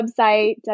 website